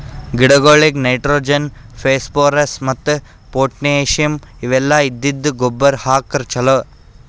ಗಿಡಗೊಳಿಗ್ nitrogen, phosphorus ಮತ್ತ್ potassium ಇವೆಲ್ಲ ಇದ್ದಿದ್ದ್ ಗೊಬ್ಬರ್ ಹಾಕ್ರ್ ಛಲೋ